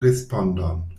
respondon